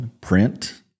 print